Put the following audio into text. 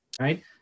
right